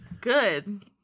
Good